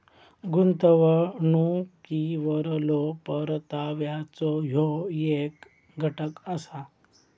गुंतवणुकीवरलो परताव्याचो ह्यो येक घटक असा